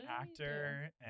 actor